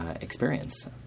experience